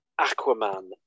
Aquaman